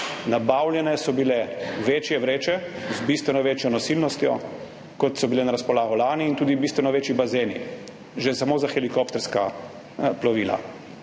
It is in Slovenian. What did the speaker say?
Nabavljene so bile večje vreče z bistveno večjo nosilnostjo, kot so bile na razpolago lani, in tudi bistveno večji bazeni, že samo za helikopterska plovila.